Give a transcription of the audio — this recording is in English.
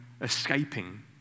escaping